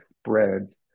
spreads